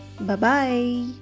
Bye-bye